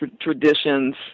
traditions